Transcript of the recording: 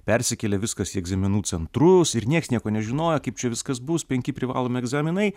persikėlė viskas į egzaminų centrus ir nieks nieko nežinojo kaip čia viskas bus penki privalomi egzaminai